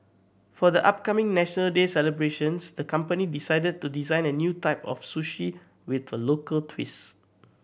for the upcoming National Day celebrations the company decided to design a new type of sushi with a local twist